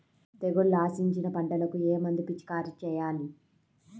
తెగుళ్లు ఆశించిన పంటలకు ఏ మందు పిచికారీ చేయాలి?